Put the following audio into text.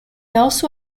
also